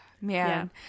man